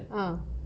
ah